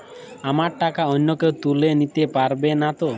আমার টাকা অন্য কেউ তুলে নিতে পারবে নাতো?